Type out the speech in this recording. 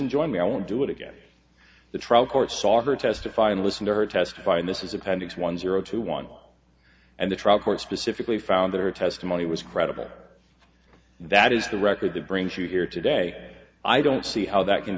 enjoy me i won't do it again the trial court saw her testify and listen to her testifying this is appendix one zero two one and the trial court specifically found that her testimony was credible that is the record that brings you here today i don't see how that can